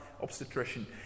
Obstetrician